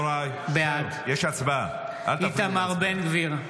בעד איתמר בן גביר,